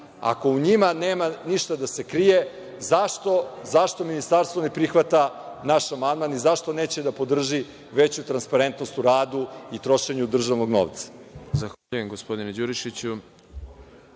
Ako u njima nema ništa da se krije, zašto Ministarstvo ne prihvata naš amandman i zašto neće da podrži veću transparentnost u radu i trošenju državnog novca?